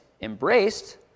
embraced